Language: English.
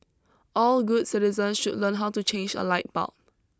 all good citizen should learn how to change a light bulb